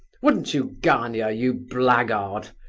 wouldn't you, gania, you blackguard?